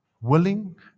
Willing